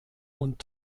und